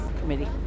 Committee